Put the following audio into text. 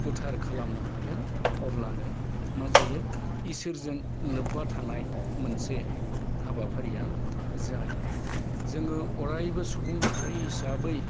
गोथार खालामनो हागोन आब्लानो मा जायो इसोरजों लोबबा थानाय मोनसे हाबाफारिया जायो जोङो अरायबो सुबुं माहारि हिसाबै